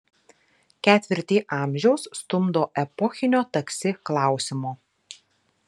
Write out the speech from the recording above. ketvirtį amžiaus stumdo epochinio taksi klausimo